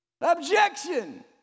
Objection